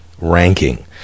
ranking